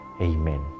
Amen